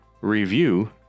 review